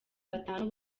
batanu